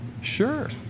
Sure